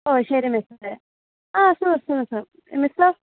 ഓ ശരി മിസ്സേ ആ ഷുവർ ഷുവർ ഷുവർ മിസ്സോ